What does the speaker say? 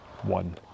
one